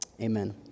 amen